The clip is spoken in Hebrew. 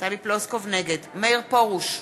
נגד מאיר פרוש,